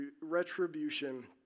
retribution